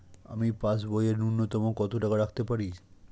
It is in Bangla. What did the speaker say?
আমি পাসবইয়ে ন্যূনতম কত টাকা রাখতে পারি?